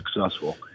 successful